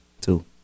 Two